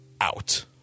out